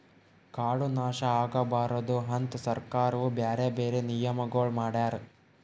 ಕಾಡು ನಾಶ ಆಗಬಾರದು ಅಂತ್ ಸರ್ಕಾರವು ಬ್ಯಾರೆ ಬ್ಯಾರೆ ನಿಯಮಗೊಳ್ ಮಾಡ್ಯಾರ್